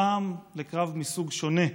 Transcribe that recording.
הפעם לקרב מסוג שונה,